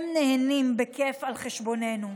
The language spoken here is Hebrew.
הם נהנים להם בכיף על חשבוננו.